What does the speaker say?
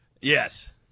Yes